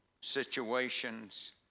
situations